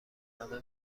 همه